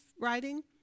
writing